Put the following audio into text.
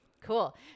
Cool